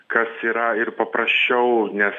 kas yra ir paprasčiau nes